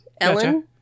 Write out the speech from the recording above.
Ellen